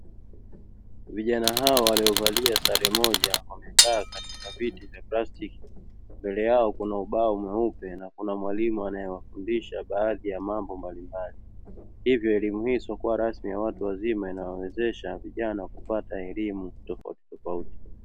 Vijana hawa waliovalia sare moja wamekaa katika viti vya plastiki, mbele yao kuna ubao mweupe na kuna mwalimu anayewafundisha baadhi ya mambo mbalimbali. Hivyo elimu hii isiyokuwa rasmi ya watu wazima inawawezesha vijana kupata elimu tofautitofauti.